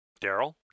Daryl